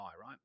right